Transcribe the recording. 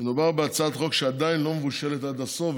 מדובר בהצעת חוק שעדיין לא מבושלת עד הסוף,